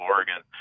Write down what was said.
Oregon